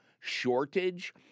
shortage